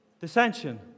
dissension